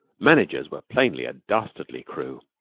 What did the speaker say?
managers were plainly a dastardly crew.